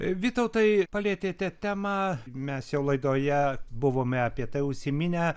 vytautai palietėte temą mes jau laidoje buvome apie tai užsiminę